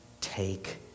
take